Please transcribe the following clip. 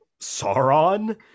Sauron